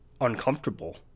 uncomfortable